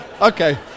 Okay